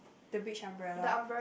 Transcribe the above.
the beach umbrella